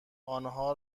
آنها